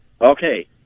Okay